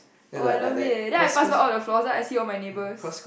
oh I love it eh then I pass by all the floors then I see all my neighbours